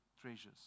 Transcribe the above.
treasures